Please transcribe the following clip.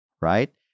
right